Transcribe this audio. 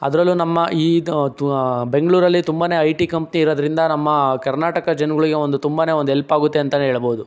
ಅದರಲ್ಲೂ ನಮ್ಮ ಈ ಬೆಂಗಳೂರಲ್ಲಿ ತುಂಬನೇ ಐ ಟಿ ಕಂಪ್ನಿ ಇರೋದರಿಂದ ನಮ್ಮ ಕರ್ನಾಟಕ ಜನಗಳಿಗೆ ಒಂದು ತುಂಬನೇ ಒಂದು ಹೆಲ್ಪ್ ಆಗುತ್ತೆ ಅಂತಲೇ ಹೇಳ್ಬೋದು